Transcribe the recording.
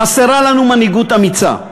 חסרה לנו מנהיגות אמיצה,